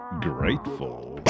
Grateful